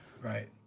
Right